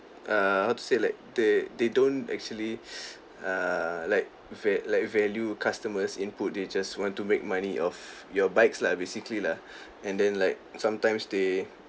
err how to say like they they don't actually err like va~ like value customers' input they just want to make money off your bikes lah basically lah and then like sometimes they